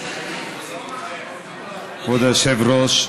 כבוד היושב-ראש,